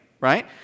Right